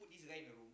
this guy in the room